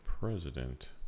president